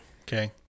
Okay